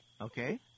Okay